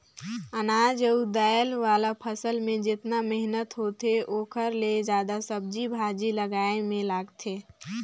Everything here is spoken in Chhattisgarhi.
अनाज अउ दायल वाला फसल मे जेतना मेहनत होथे ओखर ले जादा सब्जी भाजी लगाए मे लागथे